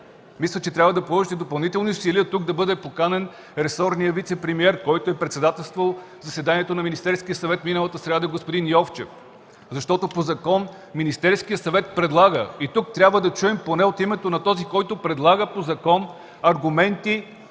Мисля, че трябва да положите допълнителни усилия тук да бъде поканен ресорният вицепремиер, който е председателствал заседанието на Министерския съвет миналата сряда – господин Йовчев, защото по закон Министерският съвет предлага и тук трябва да чуем от името на този, който предлага по закон, аргументи